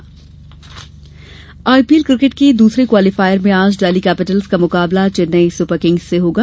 IPL IPL cricket के दूसरे qualifier में आज डेल्ही कैपिटल्स का मुकाबला चेन्नेई सुपर किंग्स से होगा